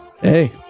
Hey